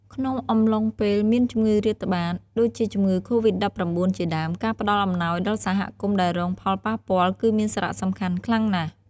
ក្នុងអំឡុងពេលមានជំងឺរាតត្បាត ដូចជាជំងឺកូវីដ-១៩ ជាដើម ការផ្តល់អំណោយដល់សហគមន៍ដែលរងផលប៉ះពាល់ គឺមានសារៈសំខាន់ខ្លាំងណាស់។